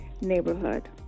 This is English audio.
neighborhood